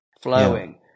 flowing